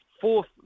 fourth